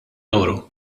ewro